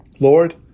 Lord